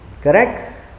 Correct